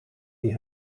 die